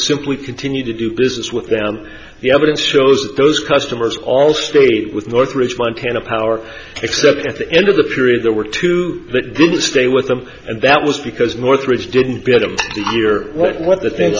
simply continued to do business with them and the evidence shows those customers all stayed with north ridge one can a power except at the end of the period there were two that didn't stay with them and that was because northridge didn't build a year what the thing